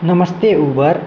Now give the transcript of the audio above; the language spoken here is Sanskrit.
नमस्ते ऊबर्